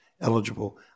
eligible